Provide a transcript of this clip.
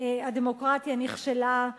הדמוקרטיה נכשלה.